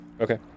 Okay